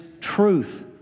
truth